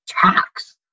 tax